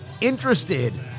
interested